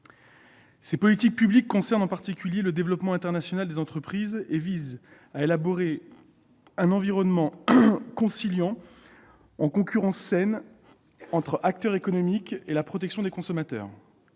Ces politiques publiques concernent, en particulier, le développement international des entreprises et visent à élaborer un environnement conciliant, une concurrence saine entre acteurs économiques et la protection des consommateurs.